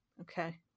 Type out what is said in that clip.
okay